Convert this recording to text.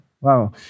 Wow